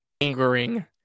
angering